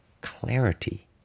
clarity